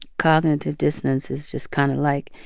cognitive dissonance is just kind of, like,